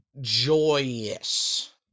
joyous